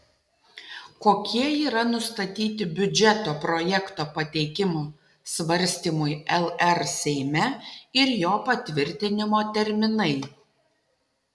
kokie yra nustatyti biudžeto projekto pateikimo svarstymui lr seime ir jo patvirtinimo terminai